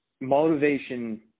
motivation